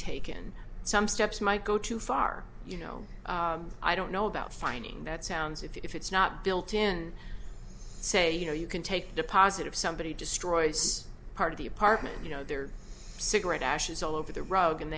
taken some steps might go too far you know i don't know about fining that sounds if it's not built in say you know you can take deposit of somebody destroy this part of the apartment you know there cigarette ashes all over the rug and